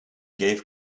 gave